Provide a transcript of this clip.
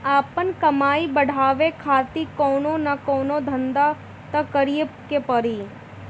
आपन कमाई बढ़ावे खातिर कवनो न कवनो धंधा तअ करीए के पड़ी